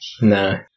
No